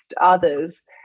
others